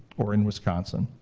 or in wisconsin.